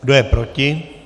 Kdo je proti?